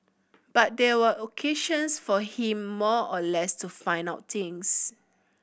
but they were occasions for him more or less to find out things